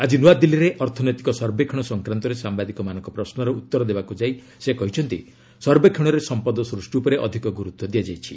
ଆକି ନୂଆଦିଲ୍ଲୀରେ ଅର୍ଥନୈତିକ ସର୍ବେକ୍ଷଣ ସଂକ୍ରାନ୍ତରେ ସାମ୍ଭାଦିକମାନଙ୍କ ପ୍ରଶ୍ନର ଉଉର ଦେବାକୁ ଯାଇ ସେ କହିଛନ୍ତି ସର୍ବେକ୍ଷଣରେ ସମ୍ପଦ ସୂଷ୍ଟି ଉପରେ ଅଧିକ ଗୁରୁତ୍ୱ ଦିଆଯାଇଛି